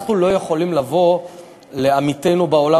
אנחנו לא יכולים לבוא לעמיתינו בעולם